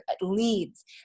leads